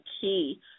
key